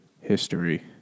History